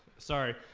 sorry.